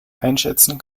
einschätzen